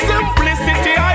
Simplicity